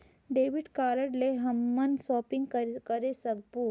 Debit card ले हमन shopping करे सकबो?